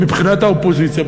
מבחינת האופוזיציה,